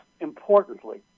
importantly